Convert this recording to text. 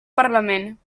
parlament